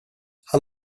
han